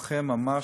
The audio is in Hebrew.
מוחה ממש.